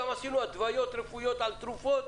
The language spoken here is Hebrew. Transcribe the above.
גם עשינו התוויות רפואיות על תרופות,